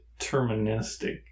deterministic